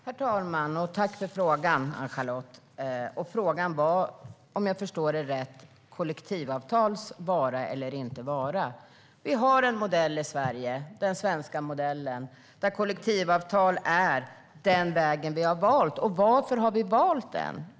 Herr talman! Tack för frågan, Ann-Charlotte! Frågan gällde, om jag förstår dig rätt, kollektivavtals vara eller icke vara. Vi har en modell i Sverige, den svenska modellen, där kollektivavtal är den väg vi har valt. Varför har vi valt den?